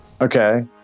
Okay